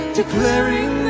declaring